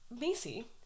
Macy